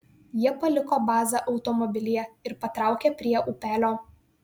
jie paliko bazą automobilyje ir patraukė prie upelio